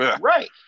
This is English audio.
right